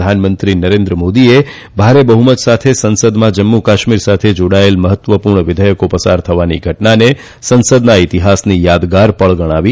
પ્રધાનમંત્રી નરેન્દ્ર મોદીએ ભારે બહમત સાથે સંસદમાં જમ્મુ કાશ્મીર સાથે જાડાયેલ મહત્વપુર્ણ વિધેયકો પસાર થવાની ઘટનાને સંસદના ઈતિહાસની યાદગાર પળ ગણાવી